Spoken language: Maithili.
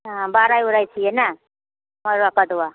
हँ बारै उरै छियै नहि मरुआ कदुआ